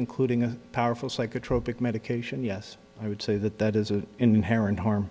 including a powerful psychotropic medication yes i would say that that is an inherent harm